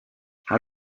how